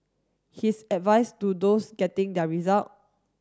his advice to those getting their result